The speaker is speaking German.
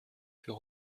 für